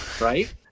right